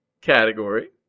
category